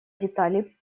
детали